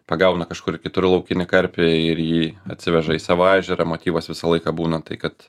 pagauna kažkur kitur laukinį karpį ir jį atsiveža į savo ežerą motyvas visą laiką būna tai kad